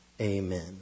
Amen